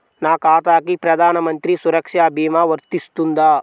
నా ఖాతాకి ప్రధాన మంత్రి సురక్ష భీమా వర్తిస్తుందా?